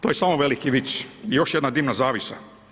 To je samo veliki vic i još jedna dimna zavjesa.